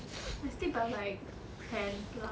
I sleep at like ten plus